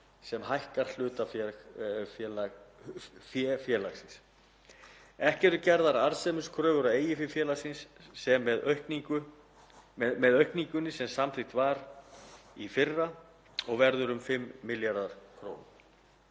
sem hækkar hlutafé félagsins. Ekki er gerð arðsemiskrafa á eigið fé félagsins sem með aukningunni sem samþykkt var í fyrra verður um 5 milljarðar kr.